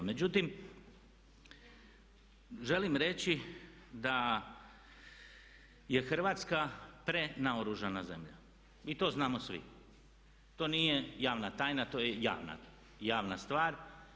Međutim, želim reći da je Hrvatska prenaoružana zemlja i to znamo svi, to nije javna tajna, to je javna stvar.